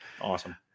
awesome